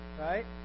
right